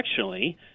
directionally